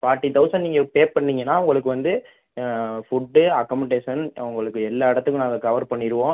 forty thousand நீங்கள் pay பண்ணீங்கன்னா உங்களுக்கு வந்து ஃபுட்டு அக்கமடேஷன் உங்களுக்கு எல்லா இடத்துக்கும் நாங்கள் கவர் பண்ணிடுவோம்